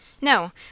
No